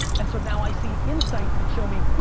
and so now, i see insights that show me,